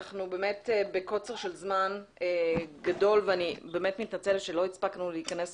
אנחנו באמת בקוצר של זמן גדול ואני באמת מתנצלת שלא הספקנו להיכנס